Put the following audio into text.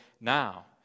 now